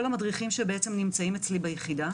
כל המדריכים שנמצאים אצלי ביחידה